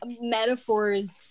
metaphors